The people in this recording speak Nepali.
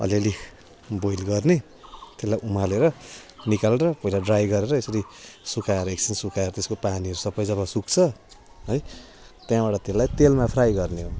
अलिअलि बोयल गर्ने त्यसलाई उमालेर निकालेर पहिला ड्राई गरेर यसरी सुकाएर एकछिन सुकाएर त्यसको पानीहरू सबै जब सुक्छ है त्यहाँबाट त्यसलाई तेलमा फ्राई गर्ने हो